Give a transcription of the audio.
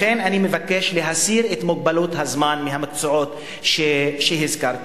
לכן אני מבקש להסיר את מגבלת הזמן מהמקצועות שציינתי